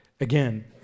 again